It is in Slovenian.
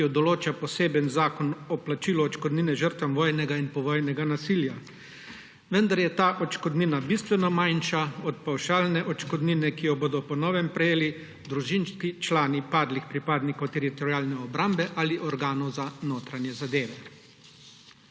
ki jo določa poseben zakon o plačilu odškodnine žrtvam vojnega in povojnega nasilja, vendar je ta odškodnina bistveno manjša od pavšalne odškodnine, ki jo bodo po novem prejeli družinski člani padlih pripadnikov Teritorialne obrambe ali organov za notranje zadeve.